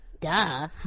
Duh